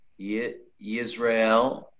Yisrael